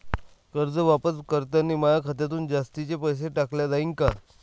कर्ज वापस करतांनी माया खात्यातून जास्तीचे पैसे काटल्या जाईन का?